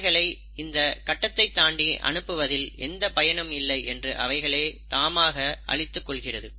அவைகளை இந்த கட்டத்தை தாண்டி அனுப்புவதில் எந்த பயனும் இல்லை என்று அவைகளை தாமாகவே அழித்துக் கொள்கிறது